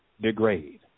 Degrade